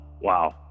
wow